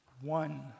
one